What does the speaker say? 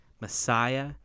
Messiah